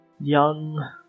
Young